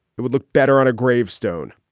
it would look better on a gravestone